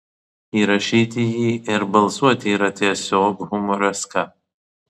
įrašyti jį ir balsuoti yra tiesiog humoreska